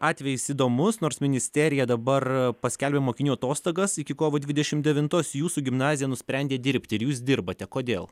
atvejis įdomus nors ministerija dabar paskelbė mokinių atostogas iki kovo dvidešim devintos jūsų gimnazija nusprendė dirbti ir jūs dirbate kodėl